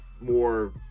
more